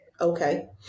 okay